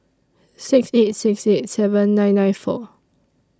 six eight six eight seven nine nine four